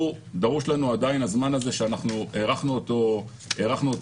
דרוש לנו עדיין הזמן הזה שאנחנו הארכנו מראש.